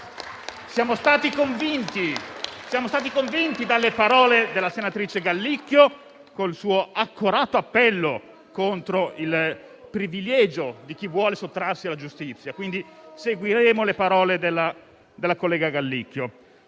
Siamo stati convinti dalle parole della senatrice Gallicchio con il suo accorato appello contro il privilegio di chi vuole sottrarsi alla giustizia; quindi, seguiremo le parole della collega Gallicchio.